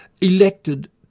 elected